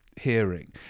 hearing